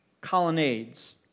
colonnades